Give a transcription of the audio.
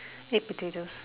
eight potatoes